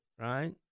right